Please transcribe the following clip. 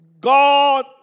God